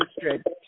district